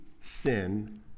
sin